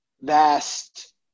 Vast